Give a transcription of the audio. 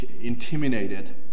Intimidated